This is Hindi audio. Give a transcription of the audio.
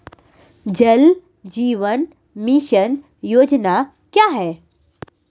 जल जीवन मिशन योजना क्या है?